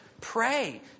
Pray